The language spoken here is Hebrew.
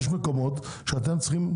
יש מקומות שאתם צריכים,